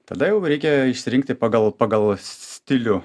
tada jau reikia išsirinkti pagal pagal stilių